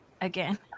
again